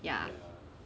ya